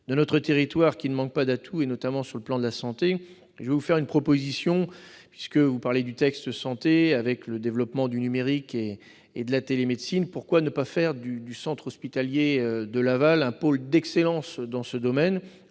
de notre territoire, qui ne manque pas d'atouts, notamment sur le plan de la santé. Je vous fais une proposition. Puisque vous parlez du projet de loi Santé, avec le développement du numérique et de la télémédecine, pourquoi ne pas faire du centre hospitalier de Laval un pôle d'excellence dans ce domaine,